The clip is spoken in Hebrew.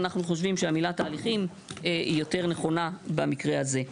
אנחנו חושבים שהמילה תהליכים היא יותר נכונה במקרה הזה.